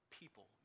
people